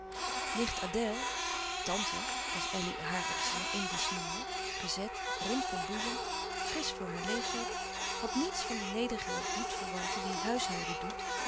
nicht adèle tante als elly haar op zijn indiesch noemde gezet rond van boezem frisch voor haar leeftijd had niets van de nederige bloedverwante die huishouden doet